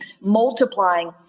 multiplying